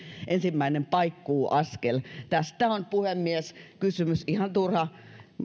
ensimmäinen paikkuuaskel tästä on puhemies kysymys ihan turha